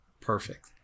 perfect